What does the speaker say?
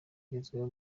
igezweho